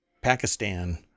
Pakistan